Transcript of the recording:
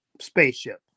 spaceship